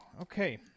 okay